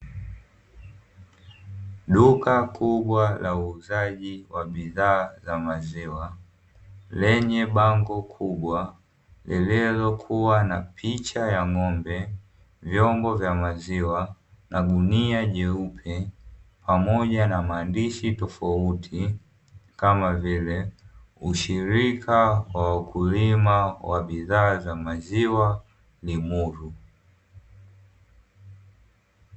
Duka kubwa la uuzaji wa bidhaa za maziwa lenye bango kubwa lililo kuwa na picha ya ng'ombe, vyombo vya maziwa na gunia jeupe pamoja na maandishi tofauti kama vile ushirika wa wakulima wa bidhaa za maziwa "LIMURU".